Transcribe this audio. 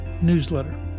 newsletter